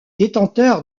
détenteur